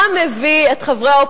לא לקרוא קריאות ביניים.